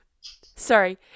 Sorry